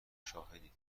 شاهدید